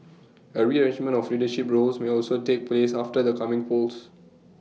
A rearrangement of leadership roles may also take place after the coming polls